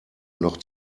noch